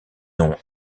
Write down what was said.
nom